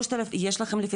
יש לכם,